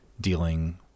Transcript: dealing